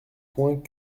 point